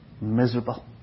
Miserable